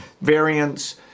variants